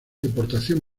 deportación